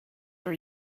were